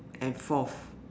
and forth